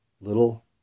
little